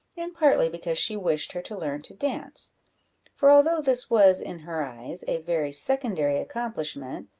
and partly because she wished her to learn to dance for although this was, in her eyes, a very secondary accomplishment,